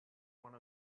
one